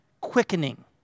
quickening